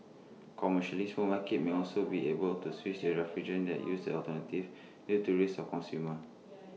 commercially supermarkets may also be able to switch refrigerant that use alternatives due to risks A consumers